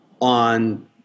on